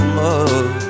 love